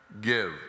give